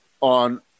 on